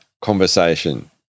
conversation